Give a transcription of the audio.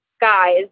guys